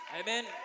Amen